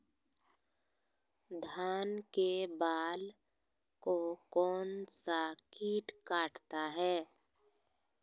धान के बाल को कौन सा किट काटता है?